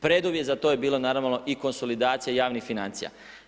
Preduvjet za to je bilo naravno konsolidacija i javnih financija.